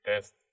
test